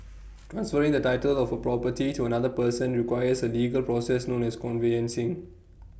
transferring the title of A property to another person requires A legal process known as conveyancing